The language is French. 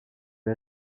les